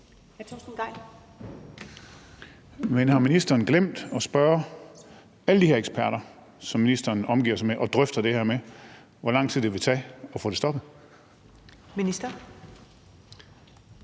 Men har ministeren glemt at spørge alle de eksperter, som ministeren omgiver sig med og drøfter det her med, om, hvor lang tid det vil tage at få det stoppet?